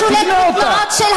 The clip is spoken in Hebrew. תבנה אותה.